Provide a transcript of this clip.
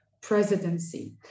presidency